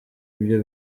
ibyo